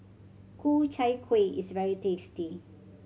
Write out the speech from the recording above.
Ku Chai Kuih is very tasty